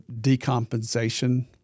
decompensation